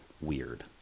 weird